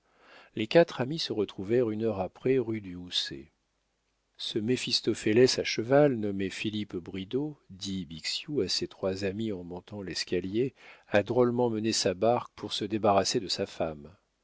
les quatre amis se retrouvèrent une heure après rue du houssay ce méphistophélès à cheval nommé philippe bridau dit bixiou à ses trois amis en montant l'escalier a drôlement mené sa barque pour se débarrasser de sa femme